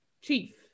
chief